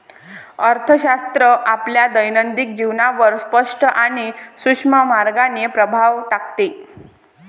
अर्थशास्त्र आपल्या दैनंदिन जीवनावर स्पष्ट आणि सूक्ष्म मार्गाने प्रभाव टाकते